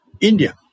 India